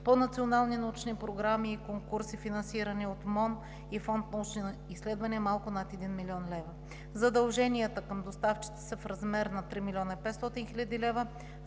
По национални научни програми и конкурси, финансирани от МОН и Фонд „Научни изследвания“ – малко над един милион лева. Задълженията към доставчици са в размер на 3 млн. 500 хил. лв.,